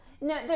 No